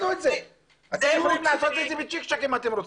אתם יכולים לעשות את זה בצ'יק צ'ק אם אתם רוצים.